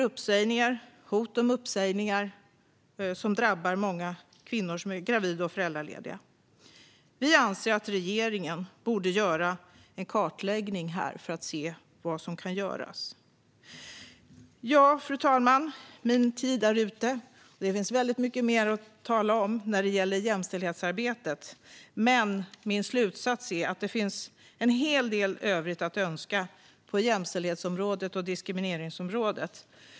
Uppsägning och hot om uppsägning drabbar många kvinnor som är gravida och föräldralediga. Vi anser att regeringen borde göra en kartläggning av detta för att se vad som kan göras. Fru talman! Det finns mycket mer att tala om när det gäller jämställdhetsarbetet, men min tid är ute. Min slutsats är att det finns en hel del övrigt att önska på jämställdhets och diskrimineringsområdet.